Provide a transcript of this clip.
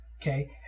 Okay